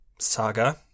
saga